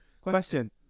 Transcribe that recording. Question